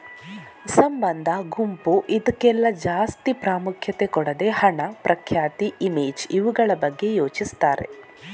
ಸಂಬಂಧ, ಗುಂಪು ಇದ್ಕೆಲ್ಲ ಜಾಸ್ತಿ ಪ್ರಾಮುಖ್ಯತೆ ಕೊಡದೆ ಹಣ, ಪ್ರಖ್ಯಾತಿ, ಇಮೇಜ್ ಇವುಗಳ ಬಗ್ಗೆ ಯೋಚಿಸ್ತಾರೆ